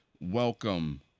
Welcome